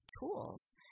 tools